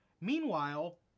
Meanwhile